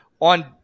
On